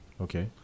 Okay